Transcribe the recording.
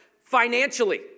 financially